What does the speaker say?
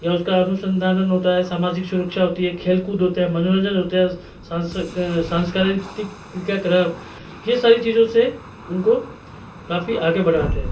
या उसका अनुसंधानन होता है सामाजिक सुरक्षा होती है खेलकूद होते हैं मनोरंजन होता है सांस्कृतिक के क्रिया कलाप यह सारी चीज़ों से उनको काफ़ी आगे बढ़ाते है